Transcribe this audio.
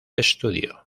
studio